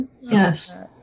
Yes